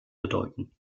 bedeuten